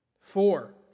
Four